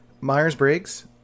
Myers-Briggs